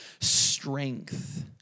strength